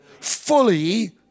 fully